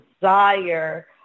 desire